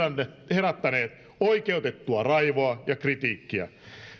herättäneet oikeutettua raivoa ja kritiikkiä